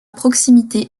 proximité